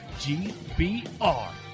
G-B-R